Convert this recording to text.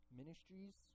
ministries